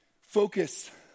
Focus